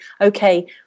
okay